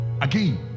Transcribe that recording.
again